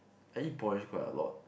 I eat porridge quite a lot